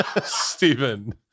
Stephen